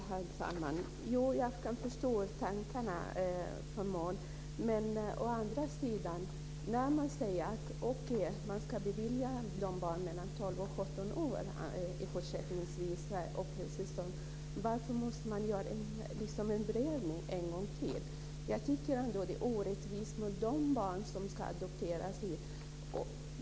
Herr talman! Jag kan förstå de tankarna. Men när man säger att man fortsättningsvis ska bevilja barn mellan 12 och 17 år uppehållstillstånd, varför måste man då göra en prövning en gång till? Jag tycker att det är orättvist mot de barn som ska adopteras hit.